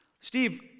Steve